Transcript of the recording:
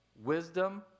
wisdom